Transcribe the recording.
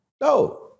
No